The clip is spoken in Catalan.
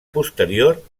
posterior